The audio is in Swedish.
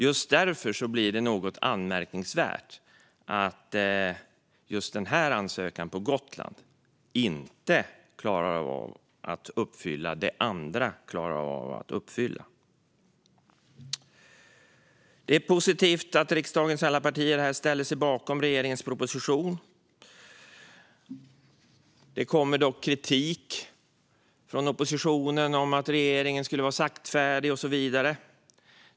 Just därför blir det något anmärkningsvärt att ansökan gällande Gotland inte uppfyller det andra klarar att uppfylla. Det är positivt att riksdagens alla partier ställer sig bakom regeringens proposition. Det kommer dock kritik från oppositionen som handlar om att regeringen skulle vara saktfärdig och så vidare.